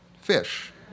fish